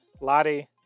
Lottie